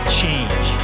change